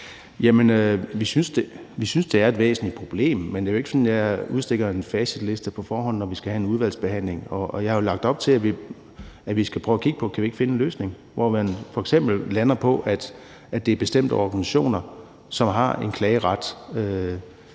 Vi synes, det er et væsentligt problem, men det er jo ikke sådan, at jeg udstikker en facitliste på forhånd, når vi skal have en udvalgsbehandling. Og jeg har jo lagt op til, at vi skal prøve at kigge på, om vi ikke kan finde en løsning, hvor man f.eks. lander på, at det er bestemte organisationer, som har en klageret